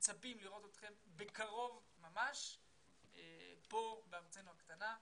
מצפים לראות אתכם ממש בקרוב בארצנו הקטנה.